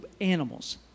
animals